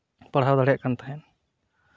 ᱯᱟᱲᱦᱟᱣ ᱫᱟᱲᱮᱭᱟᱜ ᱠᱟᱱ ᱛᱟᱦᱮᱸᱜ